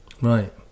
Right